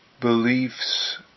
beliefs